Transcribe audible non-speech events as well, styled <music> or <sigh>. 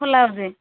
ଖୋଲା <unintelligible>